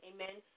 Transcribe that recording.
Amen